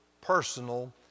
personal